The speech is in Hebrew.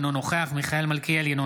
אינו נוכח מיכאל מלכיאלי,